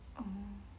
oh